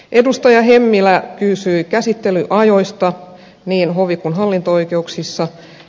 edustaja hemmilä kysyi käsittelyajoista niin hovi kuin hallinto oikeuksissa